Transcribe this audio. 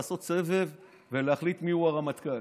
לעשות סבב ולהחליט מיהו הרמטכ"ל.